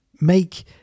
make